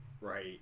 right